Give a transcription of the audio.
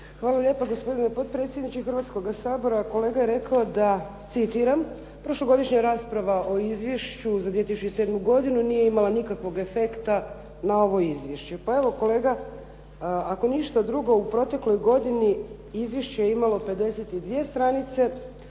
Hvala lijepa. Gospodine potpredsjedniče Hrvatskoga sabora. Kolega je rekao da, citiram "prošlogodišnja rasprava o izvješću za 2007. godinu nije imala nikakvog efekta na ovo izvješće". Pa evo kolega, ako ništa drugo u protekloj godini izvješće je imalo 52 stranice